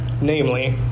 Namely